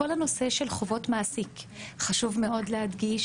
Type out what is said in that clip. בכל הנושא של חובות מעסיק חשוב להדגיש